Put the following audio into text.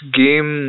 game